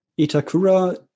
Itakura